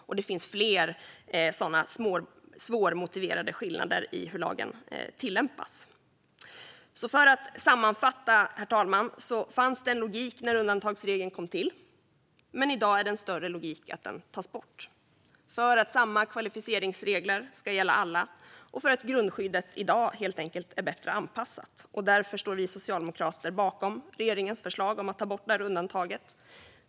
Och det finns fler sådana svårmotiverade skillnader i hur lagen tillämpas. För att sammanfatta, herr talman, fanns det en logik när undantagsregeln kom till, men i dag är det en större logik att den tas bort för att samma kvalificeringsregler ska gälla alla och för att grundskyddet i dag helt enkelt är bättre anpassat. Därför står vi socialdemokrater bakom regeringens förslag om att ta bort det här undantaget.